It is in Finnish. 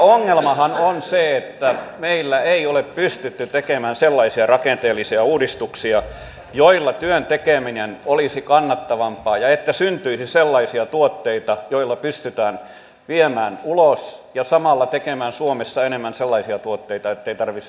ongelmahan on se että meillä ei ole pystytty tekemään sellaisia rakenteellisia uudistuksia joilla työn tekeminen olisi kannattavampaa ja että syntyisi sellaisia tuotteita joita pystytään viemään ulos ja samalla pystyttäisiin tekemään suomessa enemmän sellaisia tuotteita ettei tarvitse tuoda ulkoa